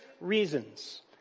reasons